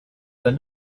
than